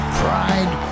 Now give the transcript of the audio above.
pride